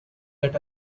that